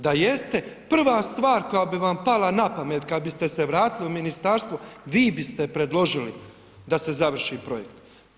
Da jeste, prva stvar koja bi vam pala na pamet kad biste se vratili u ministarstvo, vi biste predložili da se završi projekt.